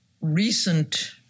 recent –